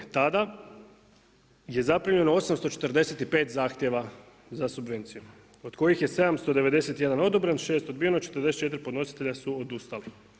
Tada je zaprimljeno 845 zahtjeva za subvencijom od kojih je 791 odobren, 6 odbijeno, 44 podnositelja su odustali.